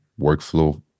workflow